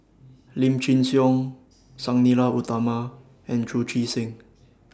Lim Chin Siong Sang Nila Utama and Chu Chee Seng